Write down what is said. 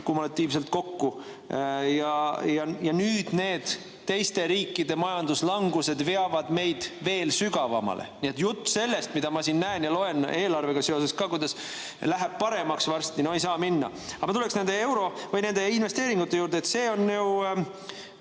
kumulatiivselt kokku. Ja nüüd need teiste riikide majanduslangused veavad meid veel sügavamale. Nii et jutt sellest, mida ma siin näen ja loen eelarvega seoses ka, kuidas läheb paremaks varsti – no ei saa minna. Aga ma tulen nende investeeringute juurde. See on ju